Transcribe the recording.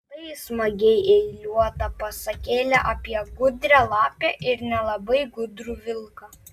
tai smagiai eiliuota pasakėlė apie gudrią lapę ir nelabai gudrų vilką